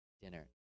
dinner